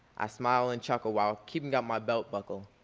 i smile and chuckle while keeping up my belt buckle.